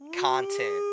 content